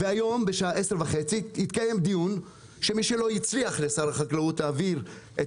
היום בשעה 10:30 יתקיים דיון שמי שלא הצליח להעביר את